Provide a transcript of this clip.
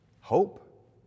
Hope